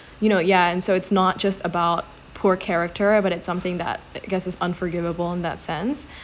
you know yeah and so it's not just about poor character but it's something that I guess is unforgivable in that sense